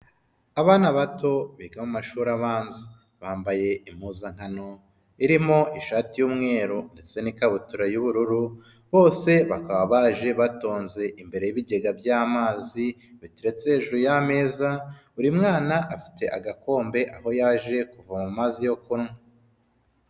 Abana bato biga mu mashuri abanza, bambaye impuzankano irimo ishati y'umweru n'ikabutura y'ubururu, bose bakaba baje batonze imbere y'ibigega by'amazi biteretse hejuru y'ameza, buri mwana afite agakombe aho yaje kuvama amazi yo kunywa.